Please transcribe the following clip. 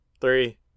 Three